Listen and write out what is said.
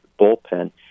bullpen